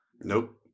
Nope